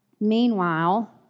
meanwhile